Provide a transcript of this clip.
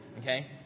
okay